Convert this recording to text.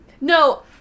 No